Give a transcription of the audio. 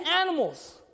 animals